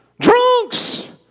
drunks